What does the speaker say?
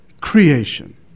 creation